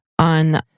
on